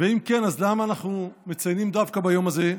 ואם כן, אז למה אנחנו מציינים דווקא ביום הזה,